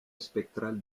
espectral